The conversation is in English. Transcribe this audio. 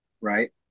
right